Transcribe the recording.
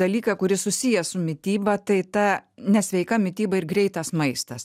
dalyką kuris susijęs su mityba tai ta nesveika mityba ir greitas maistas